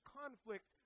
conflict